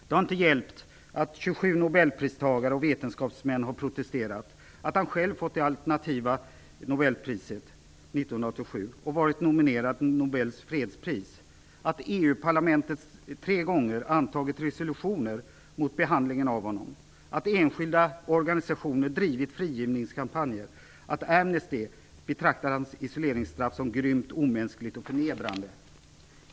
Det har inte hjälpt att 27 nobelpristagare och vetenskapsmän har protesterat, att han själv fått det alternativa nobelpriset 1987 och varit nominerad till Nobels fredspris, att EU-parlamentet tre gånger antagit resolutioner mot behandlingen av honom, att enskilda och organisationer drivit frigivningskampanjer och att Amnesty betraktar hans isoleringsstraff som grymt, omänskligt och förnedrande.